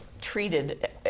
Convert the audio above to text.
treated